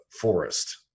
forest